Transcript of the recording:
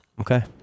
Okay